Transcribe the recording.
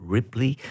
Ripley